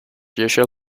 usual